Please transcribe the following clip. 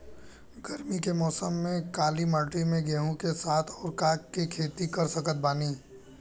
गरमी के मौसम में काली माटी में गेहूँ के साथ और का के खेती कर सकत बानी?